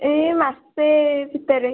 ଏଇ ମାସେ ଭିତରେ